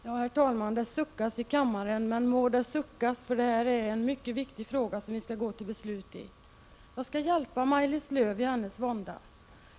Herr talman! Det suckas i kammaren, men må det suckas, för det är en mycket viktig fråga som vi skall fatta beslut om. Jag skall hjälpa Maj-Lis Lööw i hennes vånda.